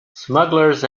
smugglers